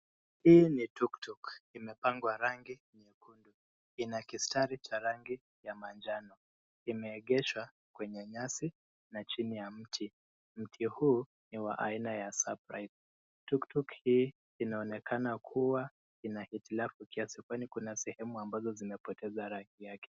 Hii ni tuktuk imepakwa rangi nyekundu. Ina kistari cha rangi ya manjano. Imeegeshwa kwenye nyasi na chini ya mti. Mti huu ni wa aina ya cypress . Tuktuk hii inaonekana kuwa ina hitilafu kiasi, kwani kuna sehemu ambazo zimepoteza rangi yake.